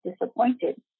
disappointed